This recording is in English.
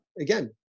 again